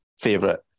favorite